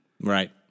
Right